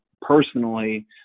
personally